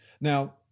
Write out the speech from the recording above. Now